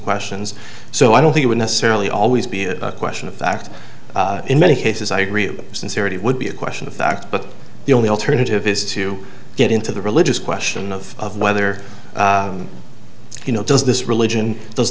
questions so i don't think i would necessarily always be a question of fact in many cases i agree sincerity would be a question of fact but the only alternative is to get into the religious question of whether it's you know does this religion